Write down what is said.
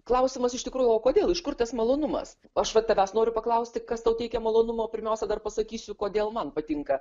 klausimas iš tikrųjų o kodėl iš kur tas malonumas aš va tavęs noriu paklausti kas tau teikia malonumo pirmiausia dar pasakysiu kodėl man patinka